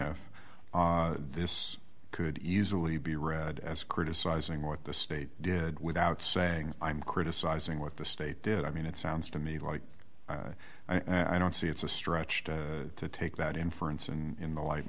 f this could easily be read as criticizing what the state did without saying i'm criticizing what the state did i mean it sounds to me like i don't see it's a stretch to take that inference in the light